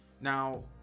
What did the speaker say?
Now